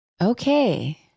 Okay